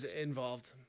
involved